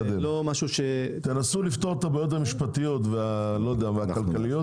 תנסו לפתור את הבעיות המשפטיות והכלכליות